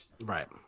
Right